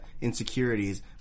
insecurities